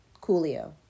Coolio